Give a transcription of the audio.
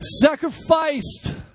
sacrificed